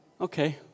Okay